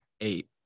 Eight